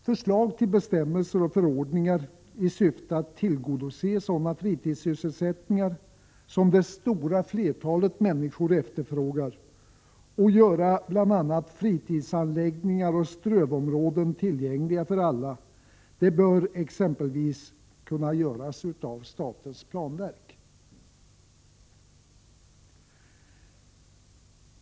Förslag till bestämmelser och förordningar i syfte att tillgodose önskemålen om sådana fritidssysselsättningar som det stora flertalet människor efterfrågar och att göra bl.a. fritidsanläggningar och strövområden tillgängliga för alla bör kunna utformas av exempelvis statens planverk.